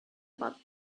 about